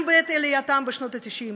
גם בעת עלייתם בשנות ה-90,